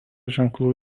ženklų